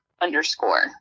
underscore